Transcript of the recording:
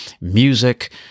music